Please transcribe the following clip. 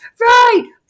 right